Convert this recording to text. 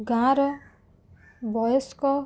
ଗାଁ'ର ବୟସ୍କ